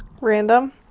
random